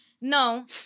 No